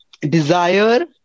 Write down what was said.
desire